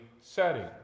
settings